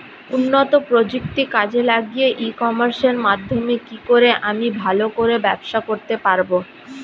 উন্নত প্রযুক্তি কাজে লাগিয়ে ই কমার্সের মাধ্যমে কি করে আমি ভালো করে ব্যবসা করতে পারব?